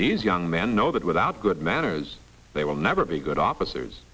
these young men know that without good manners they will never be good officers